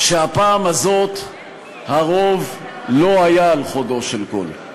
שהפעם הזאת הרוב לא היה על חודו של קול,